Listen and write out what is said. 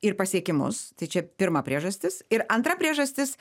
ir pasiekimus tai čia pirma priežastis ir antra priežastis